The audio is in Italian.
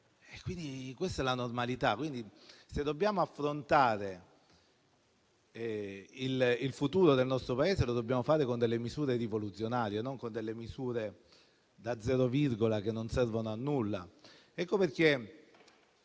Quindi questa è la normalità. Se dobbiamo affrontare il futuro del nostro Paese, lo dobbiamo fare con misure rivoluzionarie, non con delle misure da zero virgola che non servono a nulla.